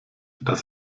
dass